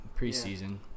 preseason